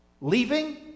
leaving